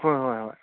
ꯍꯣꯏ ꯍꯣꯏ ꯍꯣꯏ